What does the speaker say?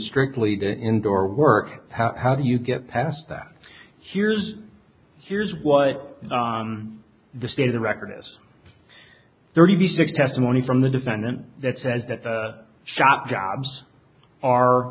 strictly indoor work how do you get past that here's here's what the state of the record is thirty six testimony from the defendant that says that the shot jobs are